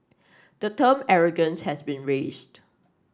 the term arrogance has been raised